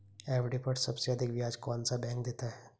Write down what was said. FD पर सबसे अधिक ब्याज कौन सा बैंक देता है?